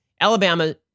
Alabama